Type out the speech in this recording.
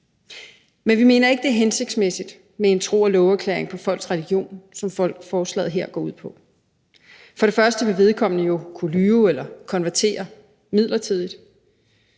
Men vi mener ikke, at det er hensigtsmæssigt med en tro og love-erklæring på folks religion, som forslaget her går ud på. For det første vil vedkommende jo kunne lyve eller konvertere midlertidigt.